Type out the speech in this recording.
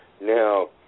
Now